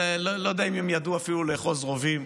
לא יודע אם הם ידעו אפילו לאחוז רובים,